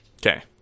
Okay